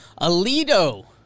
Alito